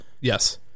yes